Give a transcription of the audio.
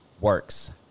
works